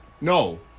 No